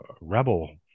Rebel